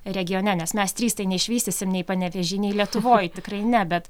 regione nes mes trys tai neišvystysim nei panevėžy nei lietuvoj tikrai ne bet